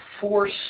force